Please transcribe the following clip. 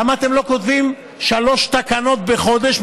למה אתם לא כותבים שלוש תקנות בחודש?